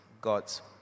God's